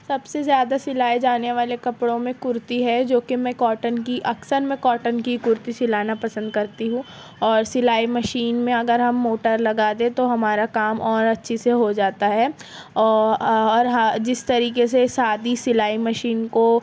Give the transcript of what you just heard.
سب سے زیادہ سلائے جانے والے کپڑوں میں کُرتی ہے جو کہ میں کوٹن کی اکثر میں کوٹن کی کُرتی سلانا پسند کرتی ہوں اور سلائی مشین میں اگر ہم موٹر لگا دیں تو ہمارا کام اور اچھے سے ہو جاتا ہے اور جس طریقے سے سادی سلائی مشین کو